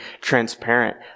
transparent